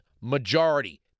majority